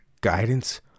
Guidance